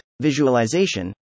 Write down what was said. Visualization